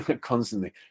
constantly